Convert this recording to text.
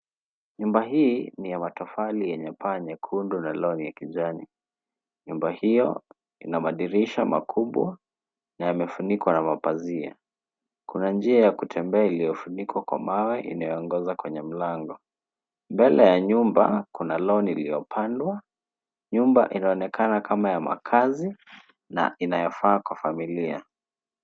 Nyumba hii ni ya matofali yenye paa nyekundu na lawn ya kijani. Nyumba hiyo ina madirisha makubwa na yamefunikwa na mapazia. Kuna njia ya kutembea iliyofunikwa kwa mawe inayoongoza kwenye mlango. Mbele ya nyumba kuna lawn iliyopandwa, nyumba inaonekana kama ya makaazi na inayofaa kwa familia.